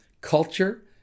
culture